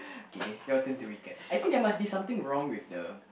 K your turn to recap I think there must be something wrong with the